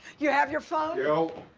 you have your phone?